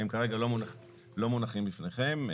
כרגע הם לא מונחים בפניכם.